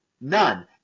None